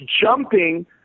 jumping